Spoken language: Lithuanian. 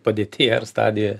padėty ar stadijoj